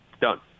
Done